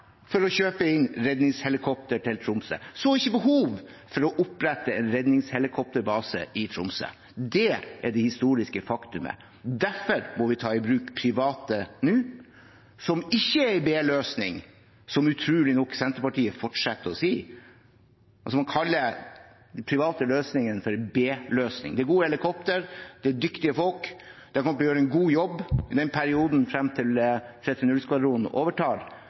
for å kjøpe inn redningshelikoptre til Tromsø, så ikke behov for å opprette en redningshelikopterbase i Tromsø. Det er det historiske faktumet. Derfor må vi ta i bruk private nå, noe som ikke er en b-løsning, noe som Senterpartiet utrolig nok fortsetter å si – man kaller private løsninger for b-løsninger. Det er et godt helikopter og dyktige folk som kommer til å gjøre en god jobb i den perioden, frem til